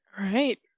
Right